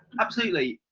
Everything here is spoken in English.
absolutely.